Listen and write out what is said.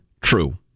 true